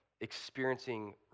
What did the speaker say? experiencing